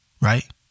right